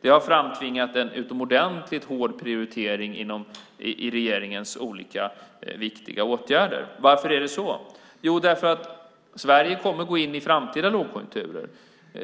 Det har framtvingat en utomordentligt hård prioritering av regeringens olika viktiga åtgärder. Varför är det så? Jo, därför att Sverige kommer att gå in i framtida lågkonjunkturer.